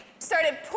Started